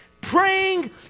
praying